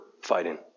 fighting